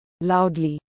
Loudly